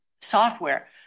software